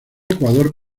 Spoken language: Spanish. ecuador